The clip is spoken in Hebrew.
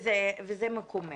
זה מקומם.